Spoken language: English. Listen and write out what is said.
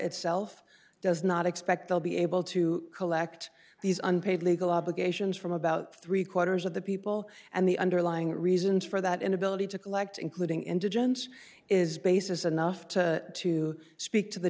itself does not expect they'll be able to collect these unpaid legal obligations from about three quarters of the people and the underlying reasons for that inability to collect including indigents is basis enough to to speak to the